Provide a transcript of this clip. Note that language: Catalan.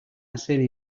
essent